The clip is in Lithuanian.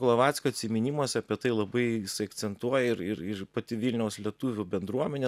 glovackio atsiminimuose apie tai labai akcentuoja ir ir ir pati vilniaus lietuvių bendruomenė